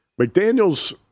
McDaniels